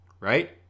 right